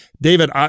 David